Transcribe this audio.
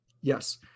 yes